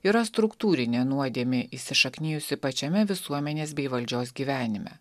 yra struktūrinė nuodėmė įsišaknijusi pačiame visuomenės bei valdžios gyvenime